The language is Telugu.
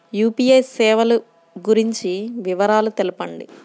యూ.పీ.ఐ సేవలు గురించి వివరాలు తెలుపండి?